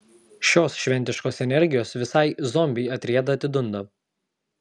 šios šventiškos energijos visai zombiai atrieda atidunda